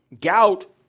gout